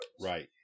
Right